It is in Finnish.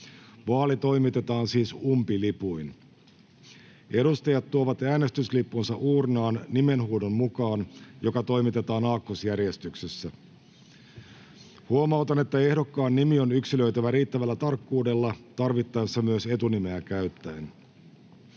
Vaali toimitetaan siis umpilipuin. Edustajat tuovat äänestyslippunsa uurnaan nimenhuudon mukaan, joka toimitetaan aakkosjärjestyksessä. Huomautan, että ehdokkaan nimi on yksilöitävä riittävällä tarkkuudella tarvittaessa myös etunimeä käyttäen.